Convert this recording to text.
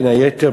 בין היתר,